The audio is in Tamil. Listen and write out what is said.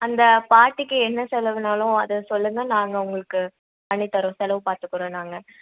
அந்த பாட்டிக்கு என்ன செலவுனாலும் அதை சொல்லுங்கள் நாங்கள் உங்களுக்கு பண்ணித்தரோம் செலவு பார்த்துக்குறோம் நாங்கள்